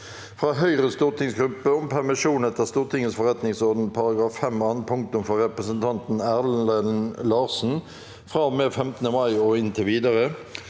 fra Høyres stortingsgruppe om permisjon etter Stortingets forretningsorden § 5 annet punktum for representanten Erlend Larsen fra og med 15. mai og inntil videre